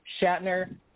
Shatner